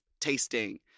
tasting